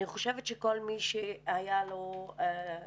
אני חושבת שכל מי שהיה לו המזל